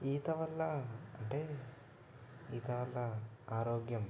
ఈత వల్ల అంటే ఈత వల్ల ఆరోగ్యం